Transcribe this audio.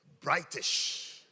brightish